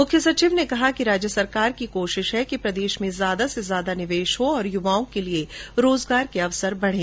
मुख्य सचिव ने कहा कि राज्य सरकार का प्रयास है कि प्रदेश में ज्यादा से ज्यादा निवेश हो और युवाओं के लिए रोजगार के अवसर बढ़े